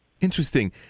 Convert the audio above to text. Interesting